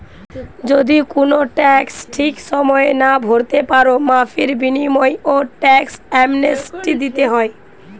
যদি কুনো ট্যাক্স ঠিক সময়ে না ভোরতে পারো, মাফীর বিনিময়ও ট্যাক্স অ্যামনেস্টি দিতে হয়